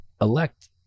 elect